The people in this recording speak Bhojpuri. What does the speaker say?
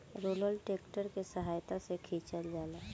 रोलर ट्रैक्टर के सहायता से खिचल जाला